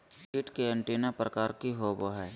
कीट के एंटीना प्रकार कि होवय हैय?